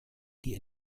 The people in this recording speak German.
die